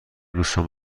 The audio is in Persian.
دوستم